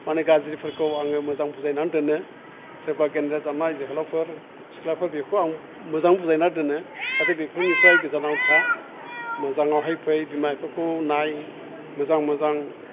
मानि गाज्रिफोरखौ आङो मोजां बुजायनानै दोनो सोरबा देनद्राइ जानाय जोहोलावफोर सिख्लाफोर बेखौ आं मोजां बुजायना दोनो नाथाय बेफोरनिफ्राय गोजानाव था मोजाङावहाय फै बिमा बिफाखौ नाय मोजां मोजां